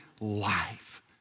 life